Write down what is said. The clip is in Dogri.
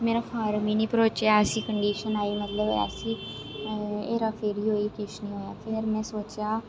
मेरा फार्म गे नेई भरोचया बिच ऐसी कंडीशन आई ऐसी हेराफेरी होई किश नेई होआ फिर में सोचेआ